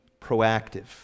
proactive